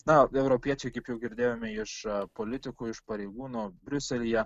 na europiečiai kaip jau girdėjome iš politikų iš pareigūnų briuselyje